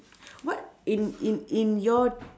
what in in in your